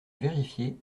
vérifier